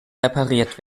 repariert